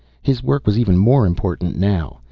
his work was even more important now.